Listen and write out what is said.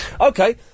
Okay